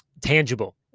tangible